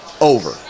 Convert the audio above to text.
over